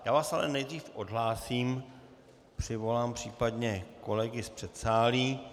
Já vás ale nejdřív odhlásím, přivolám případně kolegy z předsálí.